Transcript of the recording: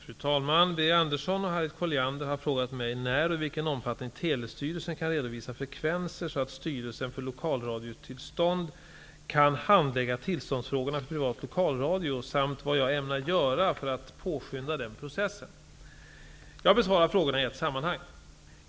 Fru talman! Birger Andersson och Harriet Colliander har frågat mig när och i vilken omfattning Telestyrelsen kan redovisa frekvenser så att Styrelsen för lokalradiotillstånd kan handlägga tillståndsfrågorna för privat lokalradio samt vad jag ämnar göra för att påskynda den processen. Jag besvarar frågorna i ett sammanhang.